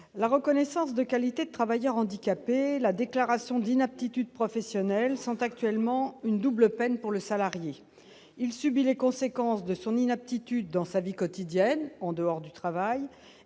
la reconnaissance de qualités travailleur handicapé la déclaration d'inaptitude professionnelle sont actuellement une double peine pour le salarié, il subit les conséquences de son inaptitude dans sa vie quotidienne en dehors du travail